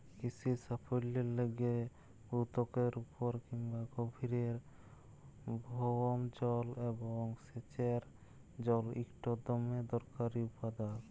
কিসির সাফল্যের লাইগে ভূত্বকের উপরে কিংবা গভীরের ভওম জল এবং সেঁচের জল ইকট দমে দরকারি উপাদাল